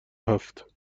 هفت